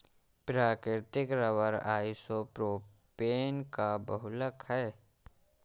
प्राकृतिक rubber isopropene का बहुलक है